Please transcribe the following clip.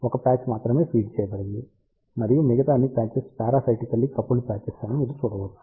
ఒక పాచ్ మాత్రమే ఫీడ్ చేయబడింది మరియు మిగతా అన్ని పాచెస్ పారాసైటికల్లీ కపుల్డ్ పాచెస్ అని మీరు చూడవచ్చు